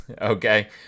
Okay